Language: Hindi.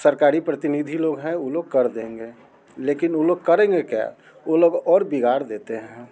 सरकारी प्रतिनिधि लोग हैं वो लोग कर देंगे लेकिन वो लोग करेंगे क्या वो लोग और बिगाड़ देते हैं